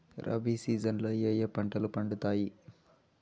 rabi season లో ఏ ఏ పంటలు పండుతాయి